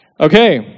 Okay